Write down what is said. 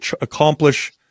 accomplish